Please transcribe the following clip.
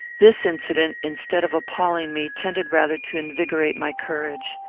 this incident, instead of appalling me, tended rather to invigorate my courage.